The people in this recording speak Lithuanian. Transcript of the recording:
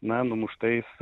na numuštais